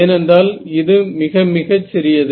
ஏனென்றால் இது மிக மிகச் சிறியது